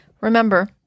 Remember